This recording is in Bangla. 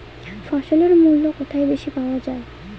ফসলের মূল্য কোথায় বেশি পাওয়া যায়?